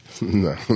No